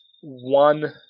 one